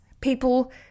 people